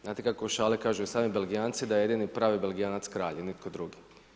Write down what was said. Znate kako u šali kažu i sami Belgijanci da je jedini pravi Belgijanac kralj i nitko drugi.